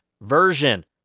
version